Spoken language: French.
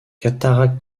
cataracte